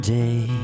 day